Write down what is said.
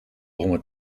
honderd